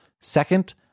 Second